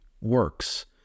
Works